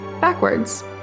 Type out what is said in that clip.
backwards